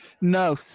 No